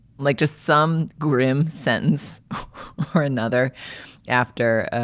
like just some grim sentence or another after.